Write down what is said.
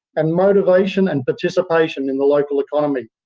and motivation and participation in the local economy.